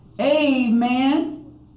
Amen